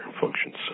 functions